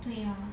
对啊